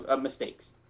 mistakes